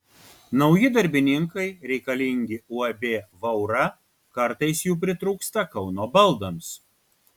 nauji darbininkai reikalingi uab vaura kartais jų pritrūksta kauno baldams